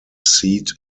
seat